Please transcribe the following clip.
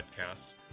podcasts